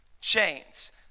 chains